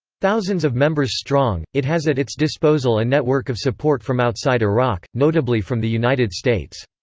thousands of members strong, it has at its disposal a network of support from outside iraq, notably from the united states.